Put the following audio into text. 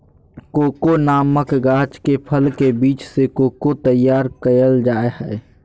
cocoa नामक गाछ के फल के बीज से कोको तैयार कइल जा हइ